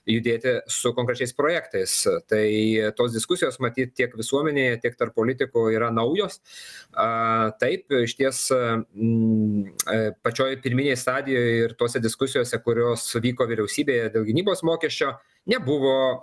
judėti su konkrečiais projektais tai tos diskusijos matyt tiek visuomenėje tiek tarp politikų yra naujos taip iš ties pačioj pirminėj stadijoj ir tose diskusijose kurios vyko vyriausybėje dėl gynybos mokesčio nebuvo